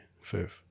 fifth